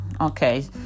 okay